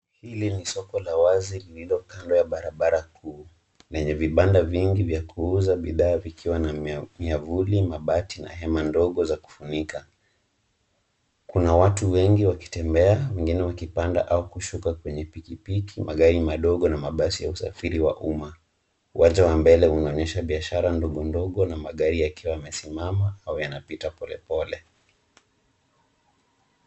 Hili ni soko la wazi lililo kando ya barabara kuu, lenye vibanda vya kuuza bidhaa likiwa na miavuli, mabati, na hema ndogo za kufunika. Kuna watu wengi wakitembea; wengine wakipanda au kushuka kwenye piki piki, magari madogo na mabasi ya usafiri wa umma. Uwanja wa mbele unaonyesha biashara ndogo ndogo na magari yakiwa yamesimama au yanapita pole pole.